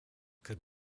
could